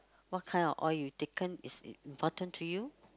what kind of oil you taken is important to you